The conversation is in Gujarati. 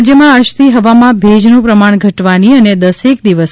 રાજયમાં આજથી હવામાં ભેજનું પ્રમાણ ઘટવાની અને દસેક દિવસ